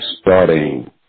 Starting